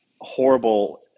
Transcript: horrible